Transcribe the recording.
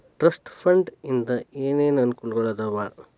trust fund ಇಂದ ಏನೇನ್ ಅನುಕೂಲಗಳಾದವ